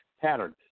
patterns